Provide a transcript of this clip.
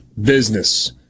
business